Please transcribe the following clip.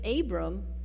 Abram